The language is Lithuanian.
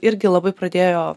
irgi labai pradėjo